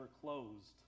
closed